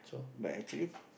but actually